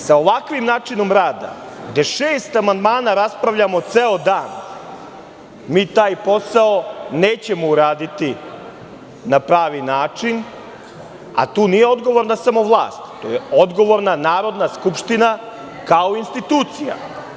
Sa ovakvim načinom rada, da 6 amandmana raspravljamo ceo dan, mi taj posao nećemo uraditi na pravi način, a tu nije odgovorna samo vlast, tu je odgovorna Narodna skupština, kao institucija.